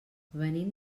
venim